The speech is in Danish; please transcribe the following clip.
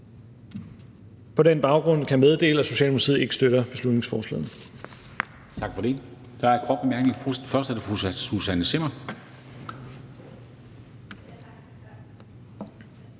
På den baggrund kan jeg meddele, at Socialdemokratiet ikke støtter beslutningsforslaget.